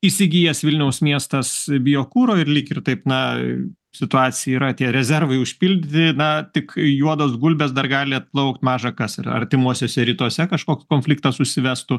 įsigijęs vilniaus miestas biokuro ir lyg ir taip na situacija yra tie rezervai užpildyti na tik juodos gulbės dar gali atplaukt maža kas ir artimuosiuose rytuose kažkoks konfliktas užsivestų